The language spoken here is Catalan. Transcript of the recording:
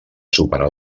superar